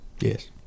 Yes